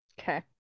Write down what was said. Okay